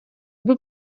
byl